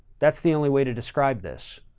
that's the only way to describe this,